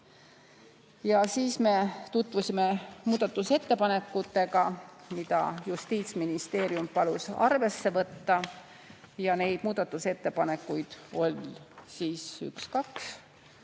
Ja siis me tutvusime muudatusettepanekutega, mida Justiitsministeerium palus arvesse võtta. Neid muudatusettepanekuid oli kaks.